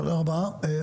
תודה רבה.